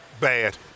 Bad